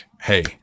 hey